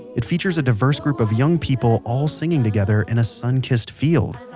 it features a diverse group of young people all singing together in a sun-kissed field,